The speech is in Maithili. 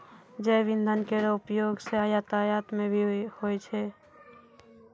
जैव इंधन केरो उपयोग सँ यातायात म भी होय छै